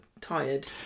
tired